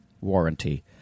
warranty